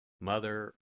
Mother